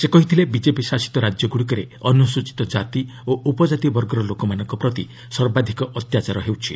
ସେ କହିଥିଲେ ବିଜେପି ଶାସିତ ରାଜ୍ୟଗୁଡ଼ିକରେ ଅନୁସ୍ଚିତ କାତି ଓ ଉପଜାତି ବର୍ଗର ଲୋକମାନଙ୍କ ପ୍ରତି ସର୍ବାଧିକ ଅତ୍ୟାଚାର ହେଉଛି